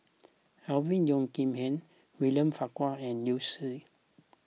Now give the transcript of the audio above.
Alvin Yeo Khirn Hai William Farquhar and Liu Si